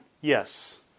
Yes